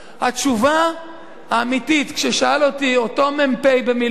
התשובה האמיתית, כששאל אותי אותו מ"פ במילואים,